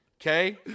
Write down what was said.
Okay